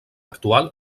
actual